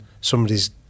somebody's